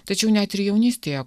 tačiau net ir jaunystėje